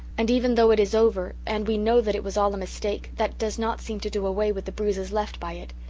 and even though it is over and we know that it was all a mistake that does not seem to do away with the bruises left by it.